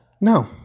No